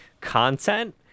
content